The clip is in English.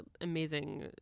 amazing